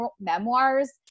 memoirs